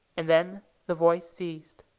and then the voice ceased.